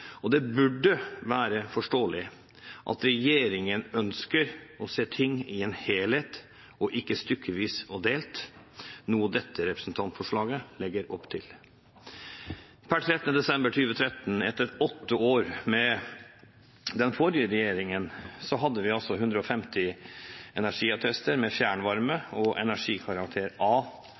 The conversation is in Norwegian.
moderniseringsdepartementet. Det burde være forståelig at regjeringen ønsker å se ting i en helhet og ikke stykkevis og delt, noe dette representantforslaget legger opp til. Per 13. september 2013 – etter åtte år med den forrige regjeringen – hadde vi 150 energiattester med fjernvarme og energikarakter A.